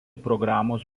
programos